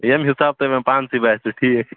ییٚمہِ حِسابہٕ تُہۍ وۅنۍ پانسٕے باسوٕ ٹھیٖک